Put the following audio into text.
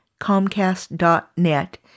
comcast.net